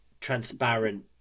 transparent